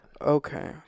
Okay